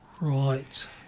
Right